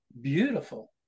beautiful